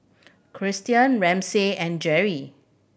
Christian Ramsey and Jerri